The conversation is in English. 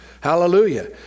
Hallelujah